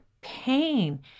pain